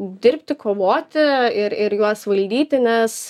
dirbti kovoti ir ir juos valdyti nes